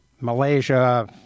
Malaysia